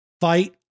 fight